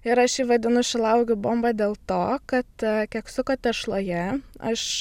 ir aš jį vadinu šilauogių bomba dėl to kad keksiuko tešloje aš